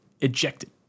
ejected